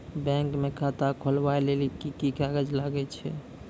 Bank म खाता खोलवाय लेली की की कागज लागै छै?